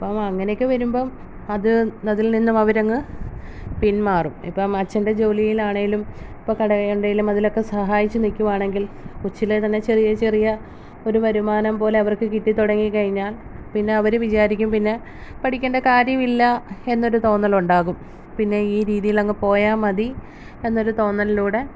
അപ്പോൾ അങ്ങനെയൊക്കെ വരുമ്പം അത് അതിൽ നിന്നും അവരങ്ങ് പിന്മാറും ഇപ്പം അച്ഛൻറ്റെ ജോലിയിലാണേലും ഇപ്പോൾ കടകളിലേലും അതിലൊക്കെ സഹായിച്ചു നിൽക്കുവാണെങ്കിൽ കൊച്ചിലേ തന്നെ ചെറിയ ചെറിയ ഒരു വരുമാനം പോലെ അവർക്ക് കിട്ടി തുടങ്ങി കഴിഞ്ഞാൽ പിന്നെ അവർ വിചാരിക്കും പിന്നെ പഠിക്കണ്ട കാര്യമില്ല എന്നൊരു തോന്നൽ ഉണ്ടാകും പിന്നെ ഈ രീതിയിലങ്ങ് പോയാൽ മതി എന്നൊരു തോന്നലിലൂടെ